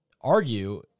argue